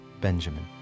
Benjamin